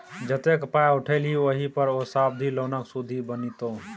जतेक पाय उठेलही ओहि पर ओ सावधि लोनक सुदि बनितौ